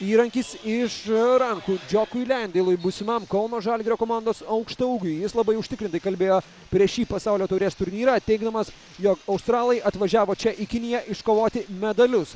įrankis iš rankų džiokui lendeilui būsimam kauno žalgirio komandos aukštaūgiui jis labai užtikrintai kalbėjo prieš šį pasaulio taurės turnyrą teigdamas jog australai atvažiavo čia į kiniją iškovoti medalius